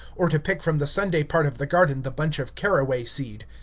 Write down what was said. or to pick from the sunday part of the garden the bunch of caraway-seed.